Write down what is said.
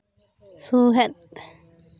ᱥᱩᱦᱮᱫ